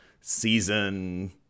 season